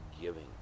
giving